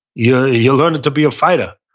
you're you're learning to be a fighter,